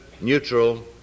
neutral